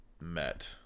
met